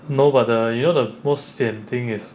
no but the you know the most sian thing is